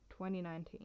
2019